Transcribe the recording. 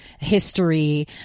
history